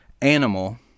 Animal